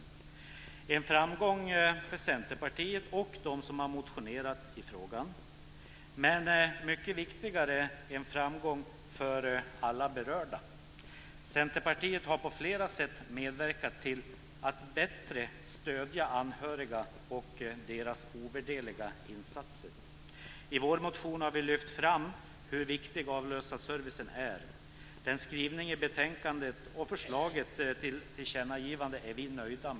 Det är en framgång för Centerpartiet och de andra partier som har motionerat i frågan. Men, och det är mycket viktigare, det är dessutom en framgång för alla berörda. Centerpartiet har på flera sätt medverkat till ett bättre stöd för anhöriga i deras ovärderliga insatser. I vår motion har vi lyft fram hur viktig avlösarservicen är. Vi är nöjda med skrivningen i betänkandet och förslaget till tillkännagivande.